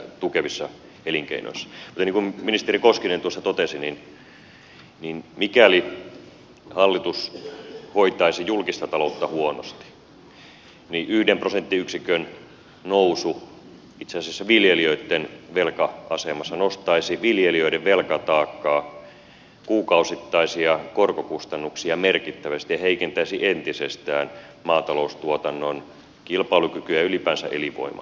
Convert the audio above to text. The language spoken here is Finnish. mutta niin kuin ministeri koskinen tuossa totesi mikäli hallitus hoitaisi julkista taloutta huonosti niin yhden prosenttiyksikön nousu itse asiassa viljelijöitten velka asemassa nostaisi viljelijöiden velkataakkaa kuukausittaisia korkokustannuksia merkittävästi ja heikentäisi entisestään maataloustuotannon kilpailukykyä ja ylipäänsä elinvoimaisuutta